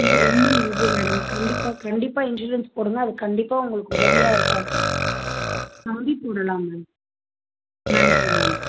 இது மேடம் கண்டிப்பாக கண்டிப்பாக இன்சூரன்ஸ் போடுங்கள் அது கண்டிப்பாக உங்களுக்கு உதவியாக இருக்கும் நம்பி போடலாம் மேம் நன்றி மேம்